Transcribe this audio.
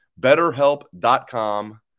Betterhelp.com